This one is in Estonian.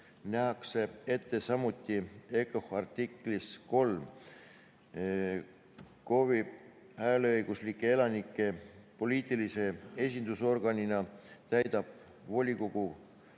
nähakse ette samuti EKOH artiklis 3.KOV-i hääleõiguslike elanike poliitilise esindusorganina täidab volikogu